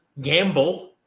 gamble